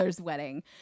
wedding